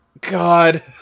God